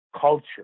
culture